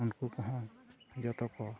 ᱩᱱᱠᱩ ᱠᱚᱦᱚᱸ ᱡᱚᱛᱚ ᱠᱚ